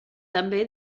també